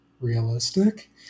realistic